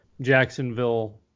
jacksonville